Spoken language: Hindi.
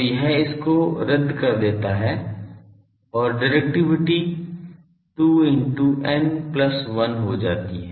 तो यह इसको रद्द कर देता है और डिरेक्टिविटी 2 into n plus 1 हो जाता है